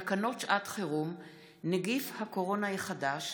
תקנות שעת חירום (נגיף הקורונה החדש,